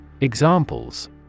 Examples